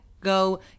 go